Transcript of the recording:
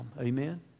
Amen